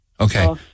Okay